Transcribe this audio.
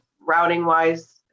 routing-wise